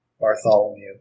Bartholomew